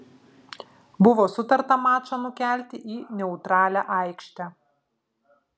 buvo sutarta mačą nukelti į neutralią aikštę